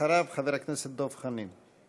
אחריו, חבר הכנסת דב חנין.